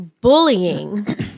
bullying